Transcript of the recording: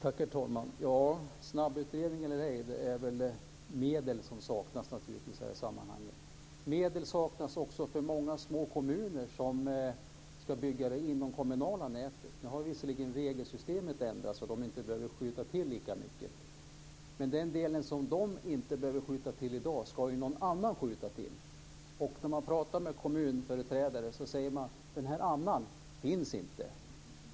Herr talman! Snabbutredning eller ej är det naturligtvis medel som saknas i detta sammanhang. Det saknas också medel för många små kommuner som ska bygga ut det kommunala nätet. Visserligen har regelsystemet nu ändrats så att de inte behöver skjuta till lika mycket, men den del som de i dag inte behöver stå för ska någon annan skjuta till. När man pratar med kommunföreträdarna säger de att denna "någon annan" inte finns.